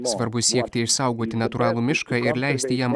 svarbu siekti išsaugoti natūralų mišką ir leisti jam